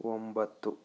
ಒಂಬತ್ತು